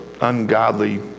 ungodly